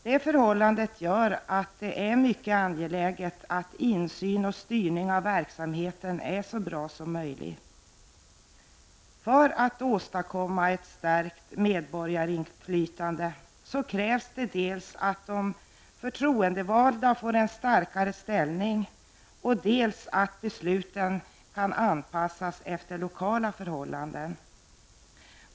Det förhållandet gör att det är mycket angeläget att insyn och styrning av verksamheten är så bra som möjligt. För att åstadkomma ett starkt medborgarinflytande krävs dels att de förtroendevalda får en starkare ställning, dels att besluten kan anpassas efter lokala förhållanden.